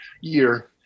year